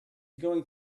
going